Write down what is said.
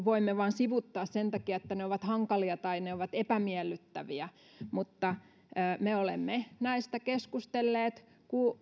voimme vain sivuuttaa sen takia että ne ovat hankalia tai ne ovat epämiellyttäviä mutta me olemme näistä keskustelleet